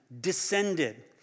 descended